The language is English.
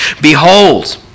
Behold